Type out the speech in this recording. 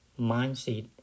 mindset